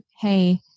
Hey